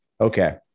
okay